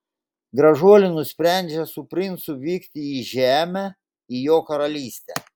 gražuolė nusprendžia su princu vykti į žemę į jo karalystę